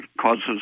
causes